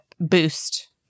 boost